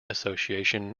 association